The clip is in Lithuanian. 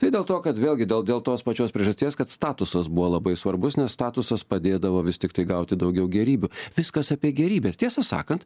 tai dėl to kad vėlgi dėl dėl tos pačios priežasties kad statusas buvo labai svarbus nes statusas padėdavo vis tiktai gauti daugiau gėrybių viskas apie gėrybes tiesą sakant